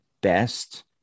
best